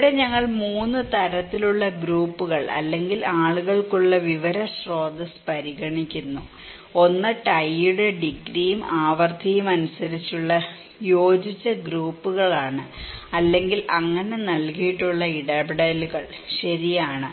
ഇവിടെ ഞങ്ങൾ 3 തരത്തിലുള്ള ഗ്രൂപ്പുകൾ അല്ലെങ്കിൽ ആളുകൾക്കുള്ള വിവര സ്രോതസ്സ് പരിഗണിക്കുന്നു ഒന്ന് ടൈയുടെ ഡിഗ്രിയും ആവൃത്തിയും അനുസരിച്ചുള്ള യോജിച്ച ഗ്രൂപ്പുകളാണ് അല്ലെങ്കിൽ അങ്ങനെ നൽകിയിട്ടുള്ള ഇടപെടലുകൾ ശരിയാണ്